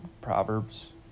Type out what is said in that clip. Proverbs